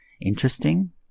interesting